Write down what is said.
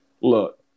look